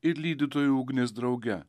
ir lydytųjų ugnis drauge